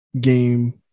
game